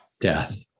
death